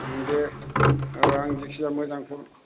दे औ आं जेखिजाया मोजांखौ